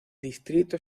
distrito